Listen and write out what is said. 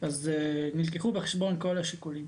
אז נלקחו בחשבון כל השיקולים.